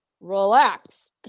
Relax